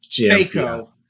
Faco